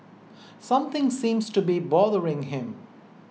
something seems to be bothering him